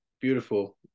beautiful